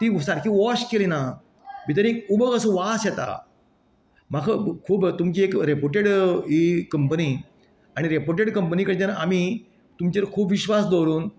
ती सारकी वाॅश केल्ली ना भितर एक खूब असो वास येता म्हाका खूब तुमची एक रेपुटेड ही कंपनी आनी रेपुटेड कंपनी कडच्यान आमी तुमचेर खूब विस्वास दवरून